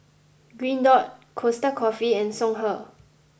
green dot Costa Coffee and Songhe